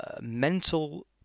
mental